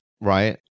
Right